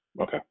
Okay